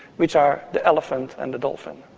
which are the elephant and the dolphin.